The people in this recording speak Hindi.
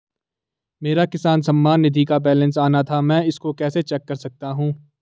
मेरा किसान सम्मान निधि का बैलेंस आना था मैं इसको कैसे चेक कर सकता हूँ?